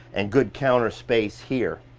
and good counter space here.